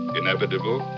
inevitable